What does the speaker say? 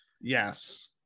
Yes